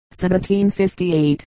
1758